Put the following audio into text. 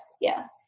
Yes